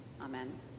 Amen